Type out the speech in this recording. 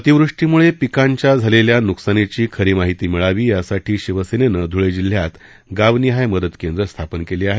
अतिवृष्टीमुळे पिकांच्या झालेल्या न्कसानीची खरी माहिती मिळावी यासाठी शिवसेनेने ध्वळे जिल्ह्यात गावनिहाय मदत केंद्र स्थापन केली आहेत